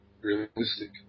realistic